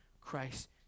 Christ